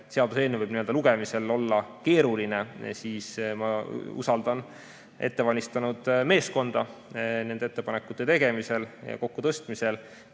seaduseelnõu võib lugemisel olla keeruline, ma usaldan ette valmistanud meeskonda nende ettepanekute tegemisel ja kokku tõstmisel,